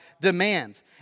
demands